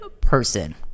person